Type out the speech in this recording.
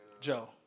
Joe